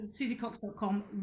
Susiecox.com